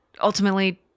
ultimately